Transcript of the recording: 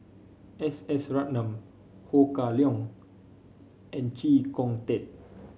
S S Ratnam Ho Kah Leong and Chee Kong Tet